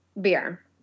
beer